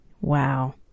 wow